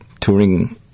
touring